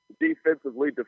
defensively